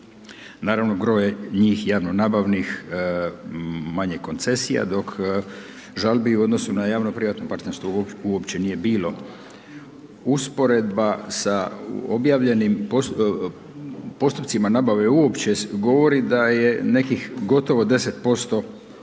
naravno, broj je njih javno nabavnih manje koncesija, dok žalbi u odnosu na javno privatno partnerstvo uopće nije bilo. Usporedba sa objavljenim postupcima nabave uopće govori da je nekih gotovo 10%